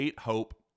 Hope